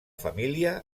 família